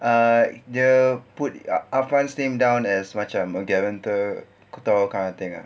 ah dia put afan name down as macam guarantor kau tahu kind of thing ah